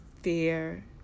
fear